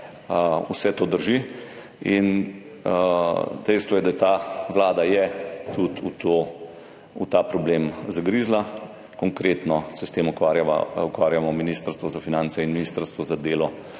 Vse to drži. In dejstvo je, da je ta vlada je tudi v ta problem zagrizla. Konkretno se s tem ukvarjamo Ministrstvo za finance in Ministrstvo za delo,